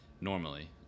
normally